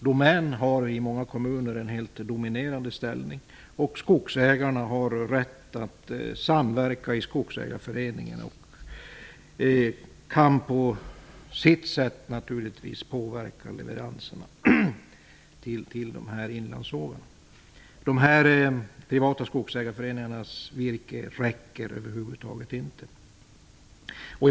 Domän har i många kommuner en helt dominerande ställning, och skogsägarna har rätt att samverka i Skogsägarföreningen och kan på sitt sätt naturligtvis påverka leveranserna till inlandssågarna. De privata skogsägarföreningarnas virke räcker över huvud taget inte.